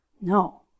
No